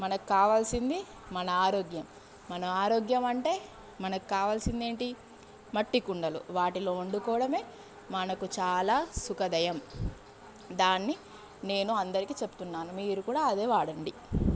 మనకి కావాల్సింది మన ఆరోగ్యం మన ఆరోగ్యం అంటే మనకి కావలసింది ఏంటి మట్టి కుండలు వాటిల్లో వండుకోవడమే మనకు చాలా సుఖదాయం దాన్ని నేను అందరికీ చెప్తున్నాను మీరు కూడా అదే వాడండి